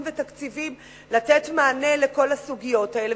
ותקציבים כדי לתת מענה לכל הסוגיות האלה,